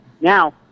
now